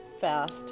fast